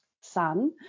sun